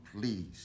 please